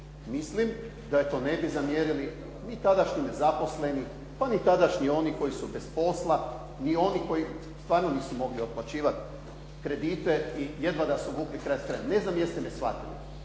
Mislim da joj to ne bi zamjerili ni tadašnji nezaposleni, pa ni tadašnji oni koji su bez posla, ni oni koji stvarno nisu mogli otplaćivati kredite i jedva da su vukli kraj s krajem. Ne znam jeste me shvatili?